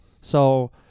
so-